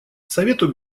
совету